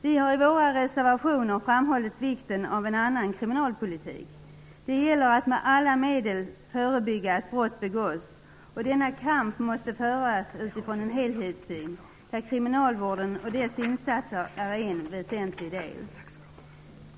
Vi har i våra reservationer framhållit vikten av en annan kriminalpolitik. Det gäller att med alla medel förebygga att brott begås. Denna kamp måste föras utifrån en helhetssyn, där kriminalvården och dess insatser är en väsentlig del.